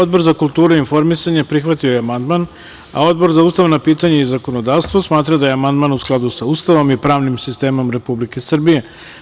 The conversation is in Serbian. Odbor za kulturu i informisanje prihvatio je amandman, a Odbor za ustavna pitanja i zakonodavstvo smatra da je amandman u skladu sa Ustavom i pravnim sistemom Republike Srbije.